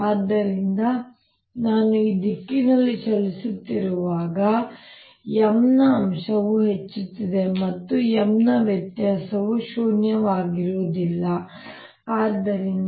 ಆದ್ದರಿಂದ ನಾನು ಈ ದಿಕ್ಕಿನಲ್ಲಿ ಚಲಿಸುತ್ತಿರುವಾಗ M ನ ಅಂಶವು ಹೆಚ್ಚುತ್ತಿದೆ ಮತ್ತು M ನ ವ್ಯತ್ಯಾಸವು ಶೂನ್ಯವಾಗಿರುವುದಿಲ್ಲ ಆದ್ದರಿಂದ